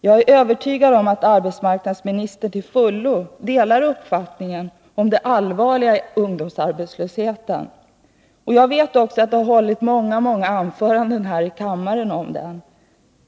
Jag är övertygad om att arbetsmarknadsministern till fullo delar min uppfattning om det allvarliga i ungdomsarbetslösheten. Jag vet också att det har hållits många anföranden här i kammaren om den.